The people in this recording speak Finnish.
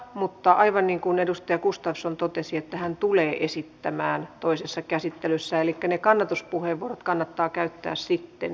mutta aivan niin kuin edustaja gustafsson totesi hän tulee esittämään toisessa käsittelyssä elikkä ne kannatuspuheenvuorot kannattaa käyttää sitten vasta